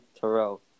Terrell